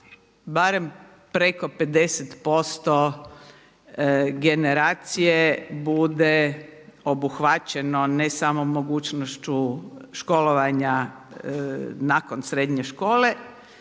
barem preko 50% generacije bude obuhvaćeno ne samo mogućnošću školovanja nakon srednje škole